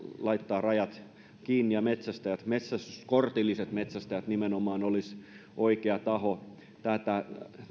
laittaa rajat kiinni ja metsästäjät metsästyskortilliset metsästäjät nimenomaan olisivat oikea taho tätä